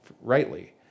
rightly